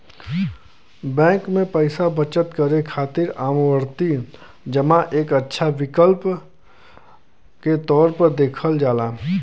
bank में पैसा बचत करे खातिर आवर्ती जमा एक अच्छा विकल्प के तौर पर देखल जाला